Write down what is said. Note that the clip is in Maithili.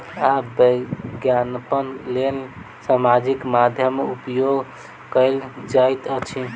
आब विज्ञापनक लेल सामाजिक माध्यमक उपयोग कयल जाइत अछि